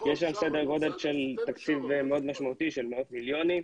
יש שם סדר גודל של תקציב מאוד משמעותי של מאות מיליונים.